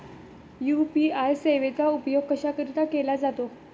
UPI सेवेचा उपयोग कशाकरीता केला जातो?